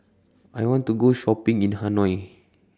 I want to Go Shopping in Hanoi